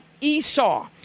Esau